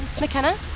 McKenna